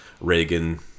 Reagan